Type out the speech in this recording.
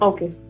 Okay